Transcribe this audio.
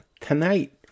tonight